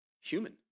human